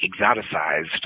exoticized